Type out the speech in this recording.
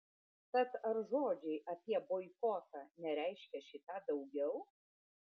tad ar žodžiai apie boikotą nereiškia šį tą daugiau